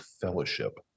fellowship